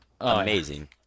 Amazing